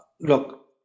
Look